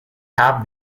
have